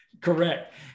Correct